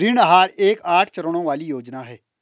ऋण आहार एक आठ चरणों वाली योजना है